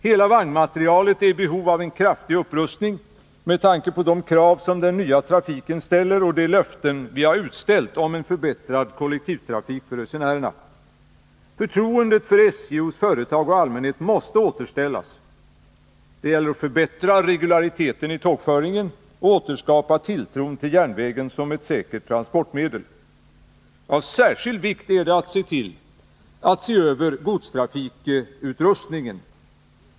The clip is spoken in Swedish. Hela vagnmaterialet är i behov av en kraftig upprustning med tanke på de krav som den nya trafiken ställer, och de löften vi har utställt om en förbättrad kollektivtrafik för resenärerna. Förtroendet för SJ hos företag och allmänhet måste återställas. Det gäller att förbättra regulariteten i tågföringen och återskapa tilltron till järnvägen som ett säkert transportmedel. Av särskild vikt är det att se över godstrafikutrustningen.